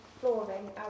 flooring